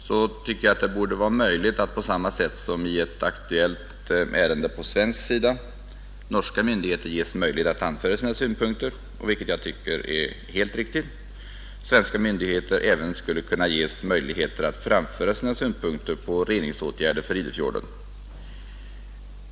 Men därutöver anser jag att — på samma sätt som i ett på den svenska sidan aktuellt ärende norska myndigheter ges möjligheter att anföra sina synpunkter, vilket jag tycker är helt riktigt — svenska myndigheter bör få möjlighet att framföra sina synpunkter på reningsåtgärder för Idefjorden.